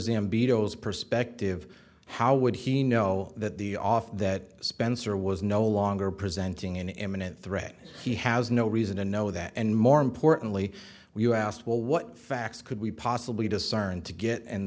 a beatles perspective how would he know that the off that spencer was no longer presenting an imminent threat he has no reason to know that and more importantly when you asked well what facts could we possibly discern to get and